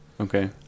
Okay